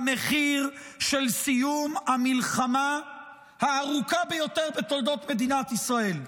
במחיר של סיום המלחמה הארוכה ביותר בתולדות מדינת ישראל.